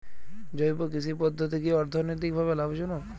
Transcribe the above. জৈব কৃষি পদ্ধতি কি অর্থনৈতিকভাবে লাভজনক?